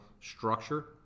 structure